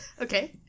Okay